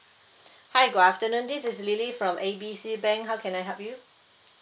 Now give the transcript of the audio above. hi good afternoon this is lily from A B C bank how can I help you